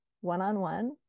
one-on-one